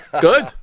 Good